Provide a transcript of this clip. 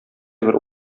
бер